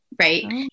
Right